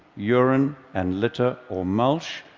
urine and litter or mulch,